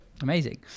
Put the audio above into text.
Amazing